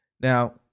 Now